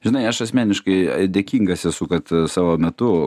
žinai aš asmeniškai dėkingas esu kad savo metu